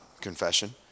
confession